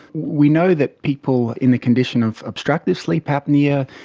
we know that people in the condition of obstructive sleep apnoea,